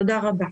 תודה רבה.